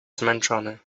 zmęczony